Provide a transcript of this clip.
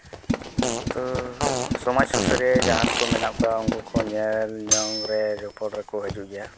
ᱛᱚ ᱥᱚᱢᱟᱡᱽ ᱥᱩᱥᱟᱹᱨᱤᱭᱟᱹ ᱡᱟᱦᱟᱱ ᱠᱚ ᱢᱮᱱᱟᱜ ᱠᱚᱣᱟ ᱩᱱᱠᱩ ᱠᱚ ᱧᱮᱞ ᱧᱩ ᱨᱮ ᱡᱚᱯᱚᱲ ᱨᱮᱠᱚ ᱦᱤᱡᱩᱜ ᱜᱮᱭᱟ